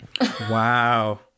Wow